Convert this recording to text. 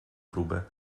próbę